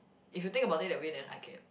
if you think about it that way then I get